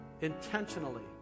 intentionally